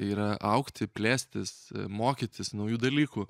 yra augti plėstis mokytis naujų dalykų